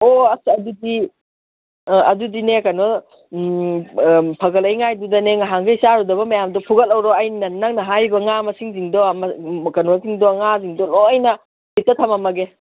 ꯑꯣ ꯑꯁ ꯑꯗꯨꯗꯤ ꯑꯗꯨꯗꯤꯅꯦ ꯀꯩꯅꯣ ꯎꯝ ꯐꯒꯠꯂꯛꯏꯉꯩꯗꯨꯗꯅꯦ ꯉꯍꯥꯟꯒꯩ ꯆꯥꯔꯨꯗꯕ ꯃꯌꯥꯝꯗꯣ ꯐꯨꯒꯠꯍꯧꯔꯣ ꯑꯩꯅ ꯅꯪꯅ ꯍꯥꯏꯔꯤ ꯉꯥ ꯃꯁꯤꯡꯁꯤꯡꯗꯣ ꯀꯩꯅꯣꯁꯤꯡꯗꯣ ꯉꯥꯁꯤꯡꯗꯣ ꯂꯣꯏꯅ ꯐꯤꯠꯇ ꯊꯅꯝꯃꯒꯦ